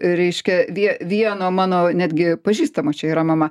reiškia vien vieno mano netgi pažįstamo čia yra mama